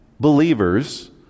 believers